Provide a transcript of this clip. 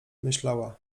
myślała